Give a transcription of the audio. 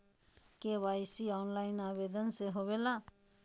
KYC online आवेदन से होवे ला?